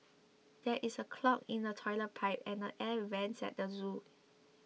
there is a clog in the Toilet Pipe and the Air Vents at the zoo